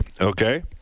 okay